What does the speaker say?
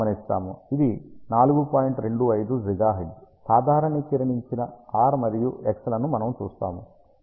25 GHz సాధారణీకరించిన r మరియు x లను మనము చూస్తాము